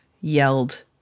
yelled